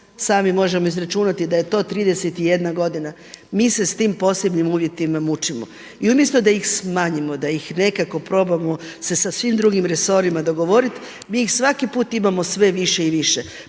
sami možemo izračunati da je to 31 godina, mi se s tim posebnim uvjetima mučimo. I umjesto da ih smanjimo da ih nekako probamo se sa svim drugim resorima dogovoriti, mi ih svaki puta imamo sve više i više.